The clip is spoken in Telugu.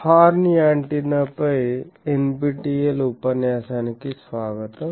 హార్న్ యాంటెన్నాపై ఎన్పీటిఈల్ ఉపన్యాసానికి స్వాగతం